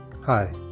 Hi